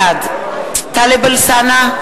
בעד טלב אלסאנע,